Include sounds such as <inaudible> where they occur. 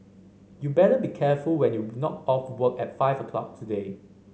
you better be careful when you <unintelligible> knock off work at five o'clock today